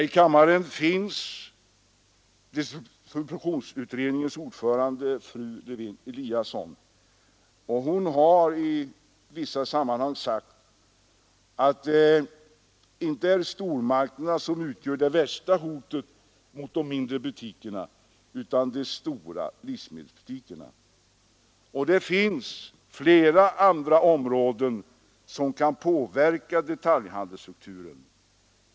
I kammaren finns distributionsutredningens ordförande, fru Lewén-Eliasson. Hon har i vissa sammanhang sagt att det inte är stormarknaderna som utgör det värsta hotet mot de mindre butikerna utan det är de stora livsmedelsbutikerna. Det finns också flera andra åtgärder som kan påverka detaljhandelsstrukturen.